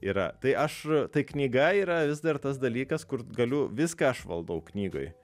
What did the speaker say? yra tai aš tai knyga yra vis dar tas dalykas kur galiu viską aš valdau knygoj